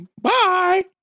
Bye